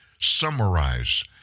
summarize